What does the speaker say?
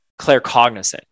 claircognizant